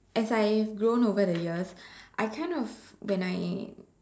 as I grown over the years I kind of when I